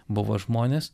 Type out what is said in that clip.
buvo žmonės